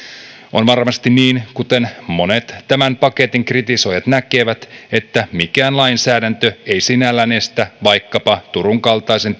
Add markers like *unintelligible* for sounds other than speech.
on varmasti niin kuten monet tämän paketin kritisoijat näkevät että mikään lainsäädäntö ei sinällään estä vaikkapa turun kaltaisen *unintelligible*